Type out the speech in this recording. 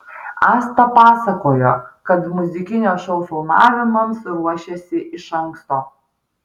asta pasakojo kad muzikinio šou filmavimams ruošėsi iš anksto